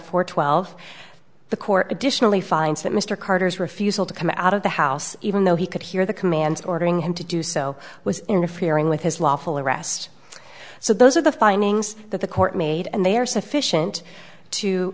four twelve the court additionally finds that mr carter's refusal to come out of the house even though he could hear the commands ordering him to do so was interfering with his lawful arrest so those are the findings that the court made and they are sufficient to